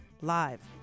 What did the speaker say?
live